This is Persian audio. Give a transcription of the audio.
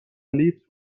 لیفت